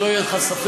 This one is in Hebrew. שלא יהיה לך ספק,